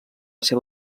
seva